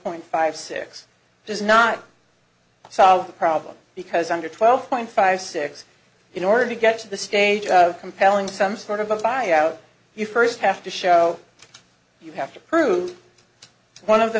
point five six does not solve the problem because under twelve point five six in order to get to the stage compelling some sort of a buy out you first have to show you have to prove one of the